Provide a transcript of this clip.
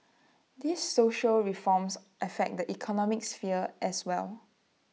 these social reforms affect the economic sphere as well